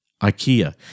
IKEA